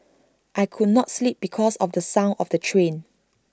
I could not sleep because of the son of the train